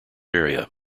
area